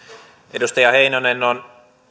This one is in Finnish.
edustaja heinonen on